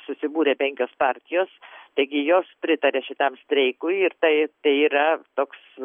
susibūrė penkios partijos taigi jos pritarė šitam streikui ir tai tai yra toks